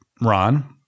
ron